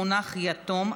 המונח יתום),